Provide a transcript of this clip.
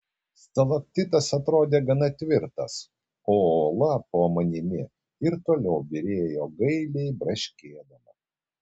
stalaktitas atrodė gana tvirtas o uola po manimi ir toliau byrėjo gailiai braškėdama